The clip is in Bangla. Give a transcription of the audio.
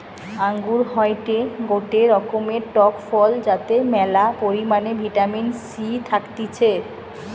আঙ্গুর হয়টে গটে রকমের টক ফল যাতে ম্যালা পরিমাণে ভিটামিন সি থাকতিছে